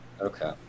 Okay